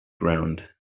ground